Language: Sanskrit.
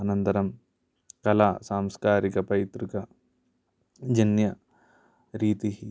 अनन्तरं कला सांस्कारिक पैतृकजन्यरीतिः